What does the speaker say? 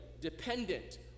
dependent